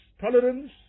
tolerance